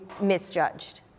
misjudged